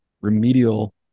remedial